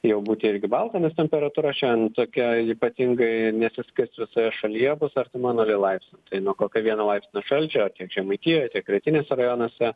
jau būti irgi balta nes temperatūra šian tokia ypatingai nesiskirs visoje šalyje bus artima nuliui laipsnių nuo kokio vieno laipsnio šalčio tiek žemaitijoj tiek rytiniuose rajonuose